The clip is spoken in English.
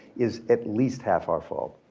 is at least half or full.